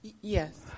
Yes